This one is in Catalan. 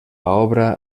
obra